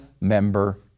member